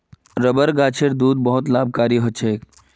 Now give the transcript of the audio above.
rubber गाछेर दूध बहुत लाभकारी ह छेक